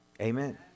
Amen